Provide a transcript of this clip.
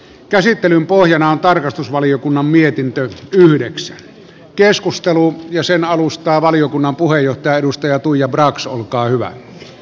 käsittelyn pohjana on tarkastusvaliokunnan mietintöä yhdeksi keskusteluun ja sen avustaa valiokunnan puheenjohtaja edustaja tuija brax olkaa mietintö